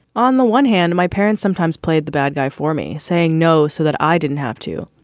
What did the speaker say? on the one hand, my parents sometimes played the bad guy for me, saying no so that i didn't have to.